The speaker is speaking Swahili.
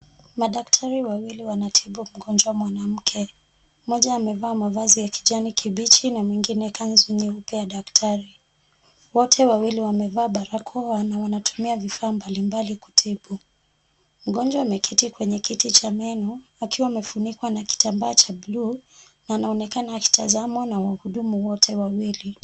Madaktari wawili watibu mgonjwa mwanamke. Mmoja amevaa mavazi ya kijani kibichi na mwingine kanzu nyeupe ya daktari. Wote wawili wamevaa barakoa na wanatumia vifaa mbalimbali kutibu. Mgonjwa ameketi kwenye kiti cha meno akiwa amefunikwa na kitambaa cha buluu na anaonekana akitazamwa na wahudumu wote wawili.